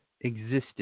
existed